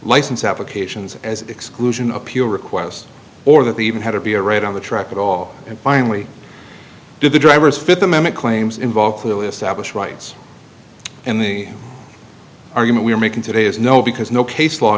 license applications as exclusion of pure requests or that they even had to be a right on the track at all and finally did the drivers fit the moment claims involved to establish rights in the argument we're making today is no because no case law